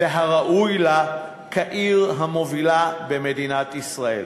והראוי לה כעיר המובילה במדינת ישראל.